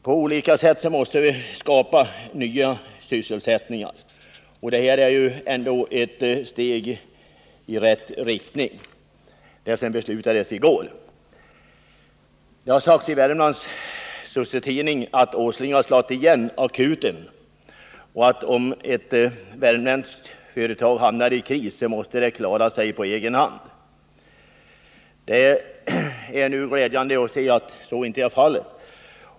På olika sätt måste vi skapa nya sysselsättningar, och det som beslutades i går är ett steg i rätt riktning. I Värmlands sossetidning har det sagts att Åsling har slagit igen akuten och att om ett värmländskt företag hamnar i kris måste det klara sig på egen hand. Det är glädjande att nu få veta att så inte är fallet.